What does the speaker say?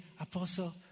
Apostle